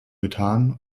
getan